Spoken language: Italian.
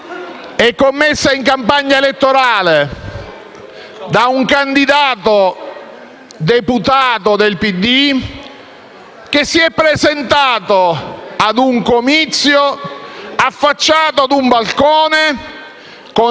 commessa in campagna elettorale da un candidato deputato del PD, che si è presentato ad un comizio affacciato ad un balcone con